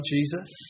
Jesus